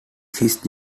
this